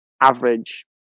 average